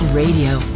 Radio